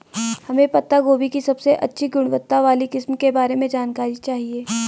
हमें पत्ता गोभी की सबसे अच्छी गुणवत्ता वाली किस्म के बारे में जानकारी चाहिए?